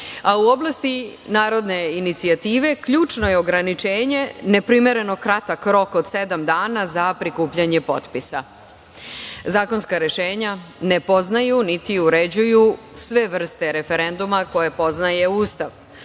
oblasti narodne inicijative ključno je ograničenje neprimereno kratak rok od sedam dana za prikupljanje potpisa. Zakonska rešenja ne poznaju niti uređuju sve vrste referenduma koje poznaje Ustav.